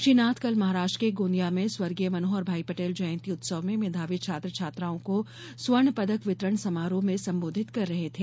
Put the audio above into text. श्री नाथ कल महाराष्ट्र के गोंदिया में स्वर्गीय भनोहर भाई पटेल जयंती उत्सव में मेधावी छात्र छात्राओं को स्वर्ण पदक वितरण समारोह में संबोधित कर रहे थे